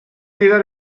nifer